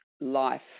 life